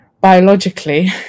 biologically